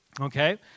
Okay